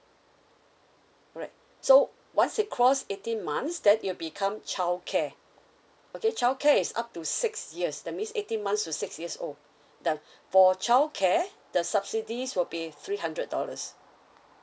alright so once it cross eighteen months then it'll become childcare okay childcare is up to six years that means eighteen months to six years old the for childcare the subsidies will be three hundred dollars